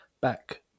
back